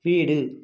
வீடு